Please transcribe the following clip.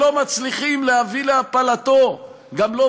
שלא מצליחים להביא להפלתו, גם לא